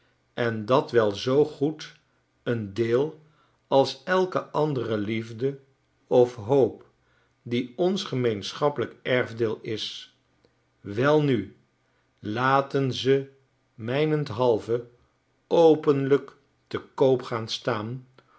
en dat wel zoo goed een deel als elke andere liefde of hoop die ons gemeenschappelijk erfdeel is welnu laten ze mijnenthalve openlijk te koop gaan staan